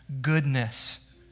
goodness